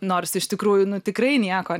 nors iš tikrųjų nu tikrai nieko